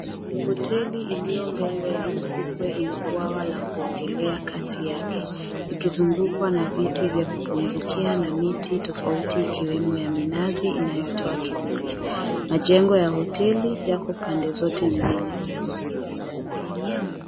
Hoteli iliyo mbele ya ufukwe ina bwawa la kuogelea kati yake likizungukwa na viti vya kupumzikia na miti tofauti ikiwemo ya minazi inayotoa kivuli. Majengo ya hoteli yako pande zote mbili.